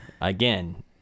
again